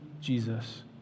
Jesus